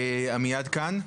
עמיעד כאן?